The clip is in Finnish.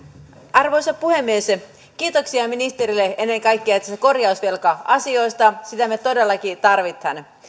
arvoisa puhemies kiitoksia ministerille ennen kaikkea näistä korjausvelka asioista niitä me todellakin tarvitsemme